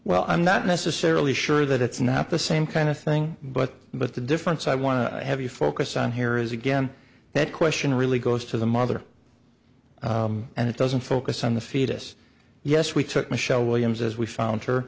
well i'm not necessarily sure that it's not the same kind of thing but but the difference i want to have you focus on here is again that question really goes to the mother and it doesn't focus on the fetus yes we took michelle williams as we found her